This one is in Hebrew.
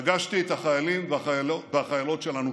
פגשתי את החיילים והחיילות שלנו.